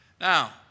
Now